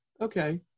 okay